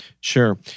sure